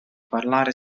parlare